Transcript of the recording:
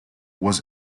was